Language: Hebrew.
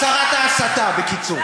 שרת ההסתה, בקיצור.